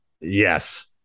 Yes